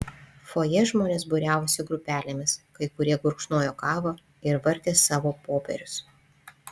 fojė žmonės būriavosi grupelėmis kai kurie gurkšnojo kavą ir vartė savo popierius